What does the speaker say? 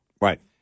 Right